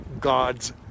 god's